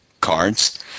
cards